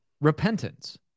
Repentance